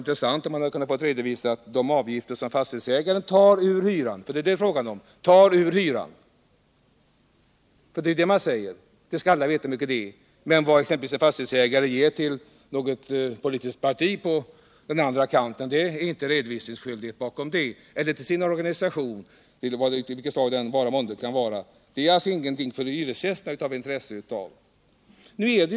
intressant att veta, om vi hade kunnat få de avgifter registrerade som fastighetsägarna tar ut ur hyran. Vad en fastighetsägare ger till exempelvis ctt politiskt parti är han inte redovisningsskyldig för gentemot sin organisation, vilken det än månde vara. Det anses tydligen hyresgästerna inte ha något intresse av att få veta!